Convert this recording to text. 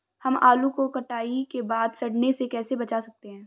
हम आलू को कटाई के बाद सड़ने से कैसे बचा सकते हैं?